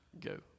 go